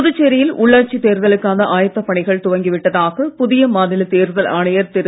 புதுச்சேரியில் உள்ளாட்சித் தேர்தலுக்கான ஆயத்த பணிகள் துவங்கி விட்டதாக புதிய மாநில தேர்தல் ஆணையர் திரு